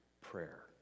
prayer